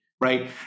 right